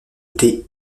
thé